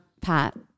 Pat